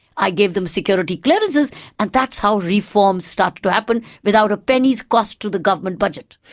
i gave them security clearances and that's how reforms started to happen, without a penny's cost to the government budget.